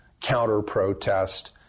counter-protest